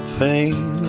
pain